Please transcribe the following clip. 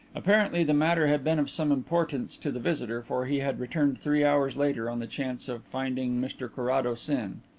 apparently the matter had been of some importance to the visitor for he had returned three hours later on the chance of finding mr carrados in.